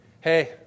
Hey